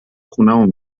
خونمون